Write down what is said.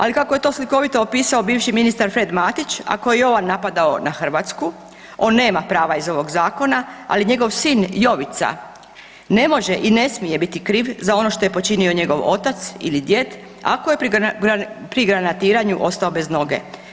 Ali kako je to slikovito opisao bivši ministar Fred Matić ako je on napadao na Hrvatsku on nema prava iz ovog zakona, ali njegov sin Jovica ne može i ne smije biti kriv za ono što je počinio njegov otac ili djed ako je pri granatiranju ostao bez noge.